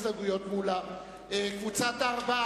ההסתייגויות של חבר הכנסת שלמה מולה לסעיף 06,